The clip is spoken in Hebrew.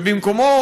ובמקומו,